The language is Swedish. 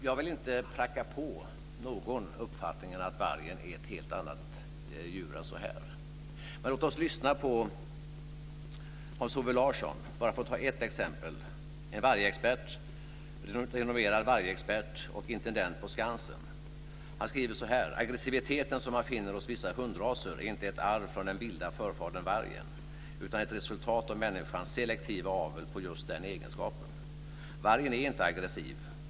Jag vill inte pracka på någon uppfattningen att vargen är ett helt annat djur än så. Men låt oss lyssna på Hans Ove Larsson, vargexpert och intendent på Skansen. Han skriver så här: Aggressiviteten som man finner hos vissa hundraser är inte ett arv från den vilda förfadern vargen, utan ett resultat av människans selektiva avel på just den egenskapen. Vargen är inte aggressiv.